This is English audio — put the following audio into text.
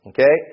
Okay